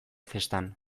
festan